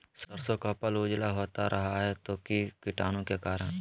सरसो का पल उजला होता का रहा है की कीटाणु के करण?